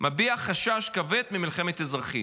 מביע חשש כבד ממלחמת אזרחים.